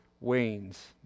wanes